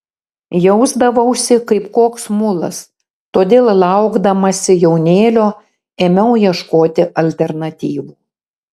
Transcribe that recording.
jausdavausi kaip koks mulas todėl laukdamasi jaunėlio ėmiau ieškoti alternatyvų